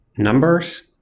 numbers